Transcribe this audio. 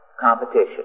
competition